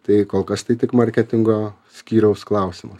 tai kol kas tai tik marketingo skyriaus klausimas